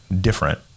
different